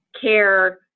care